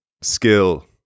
skill